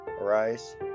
Arise